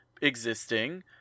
existing